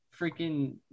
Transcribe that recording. freaking